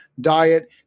diet